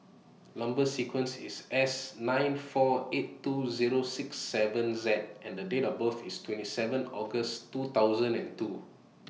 Number sequence IS S nine four eight two Zero six seven Z and The Date of birth IS twenty seven August two thousand and two